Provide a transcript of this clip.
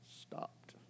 stopped